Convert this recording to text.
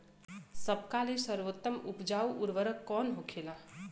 सबका ले सर्वोत्तम उपजाऊ उर्वरक कवन होखेला?